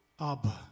Abba